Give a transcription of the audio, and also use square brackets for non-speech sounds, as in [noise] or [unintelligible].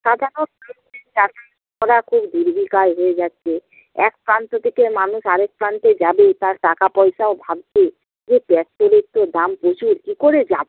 [unintelligible] খুব [unintelligible] হয়ে যাচ্ছে এক প্রান্ত থেকে মানুষ আরেক প্রান্তে যাবে তার টাকা পয়সাও ভাবছে যে প্যাট্রোলের তো দাম প্রচুর কী করে যাবো